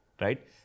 Right